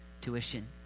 tuition